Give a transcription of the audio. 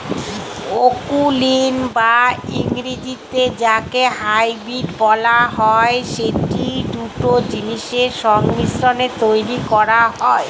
অকুলীন বা ইংরেজিতে যাকে হাইব্রিড বলা হয়, সেটি দুটো জিনিসের সংমিশ্রণে তৈরী করা হয়